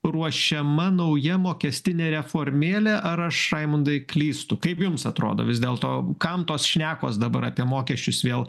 ruošiama nauja mokestinė reformėlė ar aš raimundai klystu kaip jums atrodo vis dėlto kam tos šnekos dabar apie mokesčius vėl